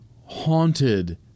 haunted